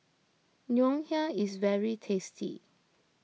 Ngoh Hiang is very tasty